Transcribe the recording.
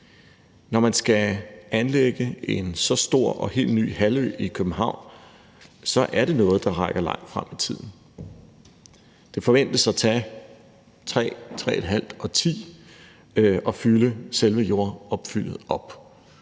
Når man skal anlægge en så stor og helt ny halvø i København, er det noget, der rækker langt frem i tiden. Det forventes at tage 3-3½ årti at fylde selve jordopfyldet op.